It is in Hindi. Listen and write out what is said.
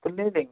तो नहीं देंगे